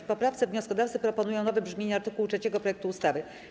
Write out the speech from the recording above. W poprawce wnioskodawcy proponują nowe brzmienie art. 3 projektu ustawy.